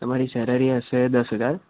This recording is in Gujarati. તમારી સેલરી હશે દસ હજાર